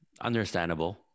Understandable